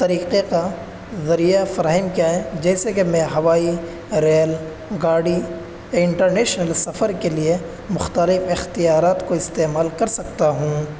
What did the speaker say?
طریقے کا ذریعہ فراہم کیا ہے جیسے کہ میں ہوائی ریل گاڑی انٹرنیشنل سفر کے لیے مختلف اختیارت کو استعمال کر سکتا ہوں